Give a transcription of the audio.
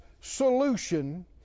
solution